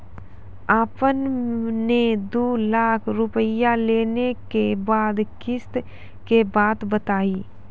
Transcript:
आपन ने दू लाख रुपिया लेने के बाद किस्त के बात बतायी?